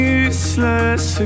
useless